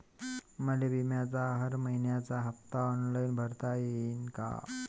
मले बिम्याचा हर मइन्याचा हप्ता ऑनलाईन भरता यीन का?